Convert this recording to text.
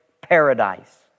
paradise